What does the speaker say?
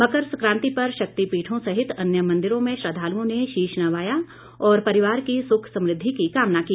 मकर सक्रांति पर शक्तिपीठों सहित अन्य मंदिरों में श्रद्वालुओं ने शीश नवाया और परिवार की सुख समृद्धि की कामना की